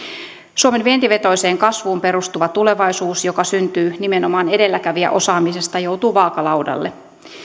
suomen vientivetoiseen kasvuun perustuva tulevaisuus joka syntyy nimenomaan edelläkävijäosaamisesta joutuu vaakalaudalle